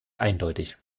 eindeutig